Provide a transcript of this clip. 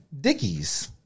Dickies